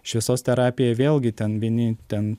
šviesos terapija vėlgi ten vieni ten